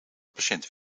patiënt